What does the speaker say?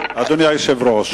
אדוני היושב-ראש.